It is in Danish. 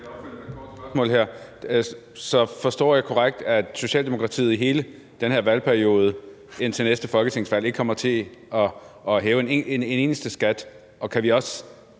Forstår jeg det korrekt, at Socialdemokratiet i hele den her valgperiode indtil næste folketingsvalg ikke kommer til at hæve en eneste skat,